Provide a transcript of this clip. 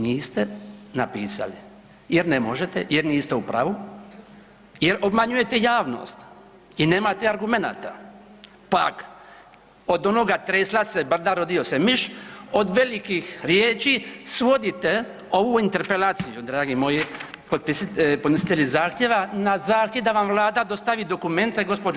Niste napisali jer ne možete jer niste u pravu jer obmanjujete javnost i nemate argumenata, pak od onoga tresla se brda rodio se miš, od velikih riječi svodite ovu interpelaciju, dragi moji podnositelji zahtjeva, na zahtjev da vam vlada dostavi dokumente, gđo.